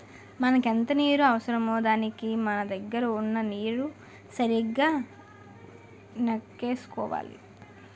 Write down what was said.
మనకెంత నీరు అవసరమో దానికి మన దగ్గర వున్న నీరుని సరిగా నెక్కేసుకోవాలి